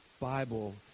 Bible